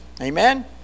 Amen